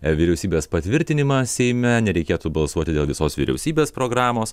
vyriausybės patvirtinimą seime nereikėtų balsuoti dėl visos vyriausybės programos